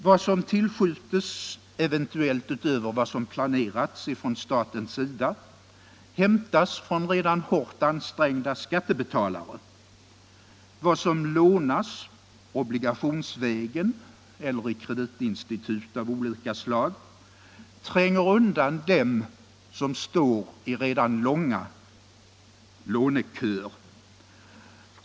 Vad som eventuellt tillskjuts från statens sida utöver vad som planerats måste hämtas från redan hårt ansträngda skattebetalare. Vad som lånas, obligationsvägen eller i kreditinstitut av olika slag, tränger undan dem som står i redan långa låneköer.